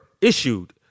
issued